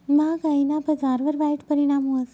म्हागायीना बजारवर वाईट परिणाम व्हस